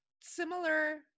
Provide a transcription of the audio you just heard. similar